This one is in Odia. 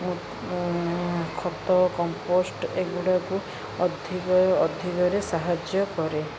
ଖତ କମ୍ପୋଷ୍ଟ ଏଗୁଡ଼ାକୁ ଅଧିକ ଅଧିକରେ ସାହାଯ୍ୟ କରେ